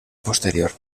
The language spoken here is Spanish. posterior